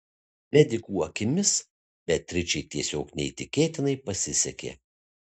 medikų akimis beatričei tiesiog neįtikėtinai pasisekė